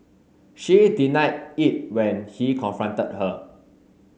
she denied it when he confronted her